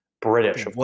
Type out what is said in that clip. British